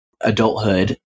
adulthood